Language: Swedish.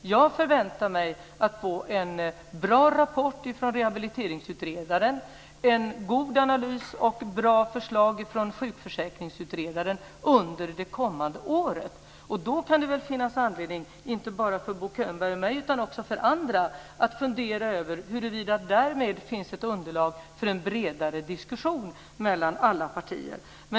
Jag förväntar mig att få en bra rapport från rehabiliteringsutredaren och en god analys och bra förslag från sjukförsäkringsutredaren under det kommande året. Då kan det väl finnas anledning, inte bara för Bo Könberg och mig utan också för andra, att fundera över huruvida det därmed finns ett underlag för en bredare diskussion mellan alla partier.